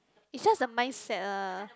is just a mindset lah